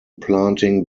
planting